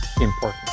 important